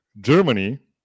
Germany